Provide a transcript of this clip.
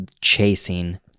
chasing